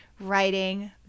writing